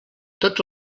tots